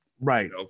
Right